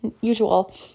usual